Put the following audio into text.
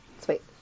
sweet